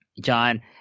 John